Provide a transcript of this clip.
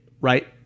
right